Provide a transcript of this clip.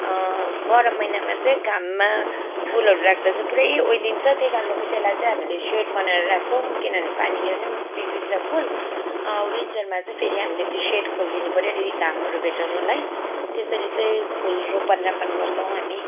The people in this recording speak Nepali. गरम महिनामा चाहिँ घाममा फुलहरू राख्दा चाहिँ पुरै ओइलिन्छ त्यही कारणले चाहिँ त्यसलाई चाहिँ हामीले सेड बनाएर राख्छौँ किनभने पानीले पनि बिग्रिन्छ फुल विन्टरमा चाहिँ फेरी हामीले त्यो सेड खोलिदिनु पर्यो अनि घामहरू भेटाउनुलाई त्यसरी चाहिँ फुल रोपन रापान गर्छौँ हामी